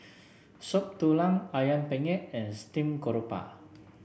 Soup Tulang ayam Penyet and Steamed Garoupa